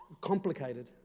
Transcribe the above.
complicated